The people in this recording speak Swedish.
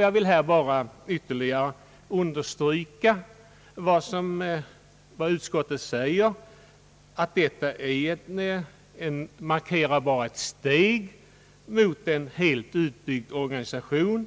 Jag vill endast ytterligare understryka vad utskottet anför, nämligen att detta förslag endast markerar ett steg mot en helt utbyggd organisation